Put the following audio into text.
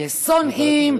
יש שונאים.